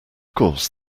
course